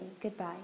Goodbye